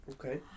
Okay